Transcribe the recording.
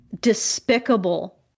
despicable